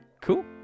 Cool